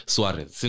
Suarez